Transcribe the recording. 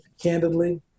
candidly